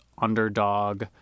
underdog